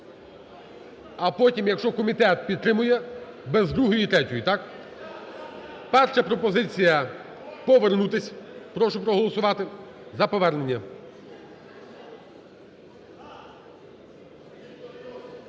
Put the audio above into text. А потім, якщо комітет підтримує, - без другої і третьої, так? Перша пропозиція - повернутись. Прошу проголосувати за повернення.